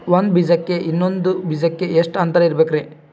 ಒಂದ್ ಬೀಜಕ್ಕ ಇನ್ನೊಂದು ಬೀಜಕ್ಕ ಎಷ್ಟ್ ಅಂತರ ಇರಬೇಕ್ರಿ?